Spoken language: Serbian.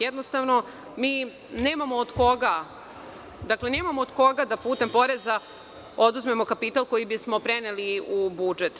Jednostavno mi nemamo od koga, dakle nemamo od koga da putem poreza oduzmemo kapital koji bismo preneli u budžet.